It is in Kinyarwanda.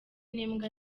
n’imbwa